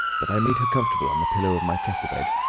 but i made her comfortable on the pillow of my truckle-bed.